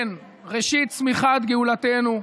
כן, ראשית צמיחת גאולתנו.